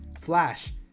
Flash